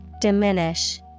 Diminish